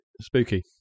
spooky